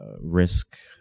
risk